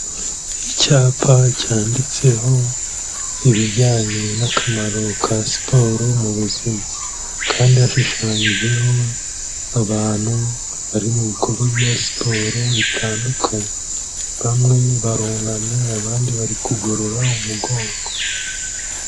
Icyapa cyanditseho ibijyanye n'akamaro ka siporo mu buzima kandi hashushanyijeho abantu bari mu bikorwa bya siporo bitandukanye. Bamwe barunamye abandi barikugorora umugongo.